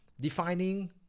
defining